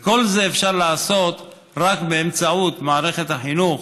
ואת כל זה אפשר לעשות רק באמצעות מערכת החינוך,